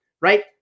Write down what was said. right